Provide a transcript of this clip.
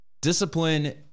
Discipline